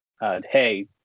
hey